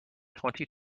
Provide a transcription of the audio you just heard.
twenty